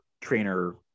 trainer